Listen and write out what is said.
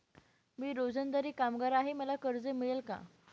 मी रोजंदारी कामगार आहे मला कर्ज मिळेल का?